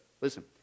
Listen